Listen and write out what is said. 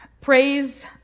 praise